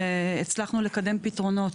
לקדם פתרונות